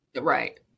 Right